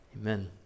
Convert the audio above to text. amen